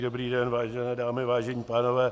Dobrý den, vážené dámy, vážení pánové.